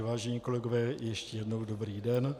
Vážení kolegové, ještě jednou dobrý den.